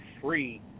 free